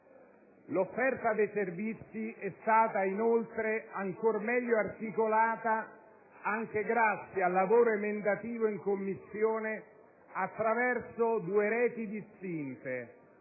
L'offerta dei servizi è stata inoltre ancor meglio articolata, anche grazie al lavoro emendativo in Commissione, attraverso due reti distinte: